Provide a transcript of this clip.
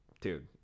dude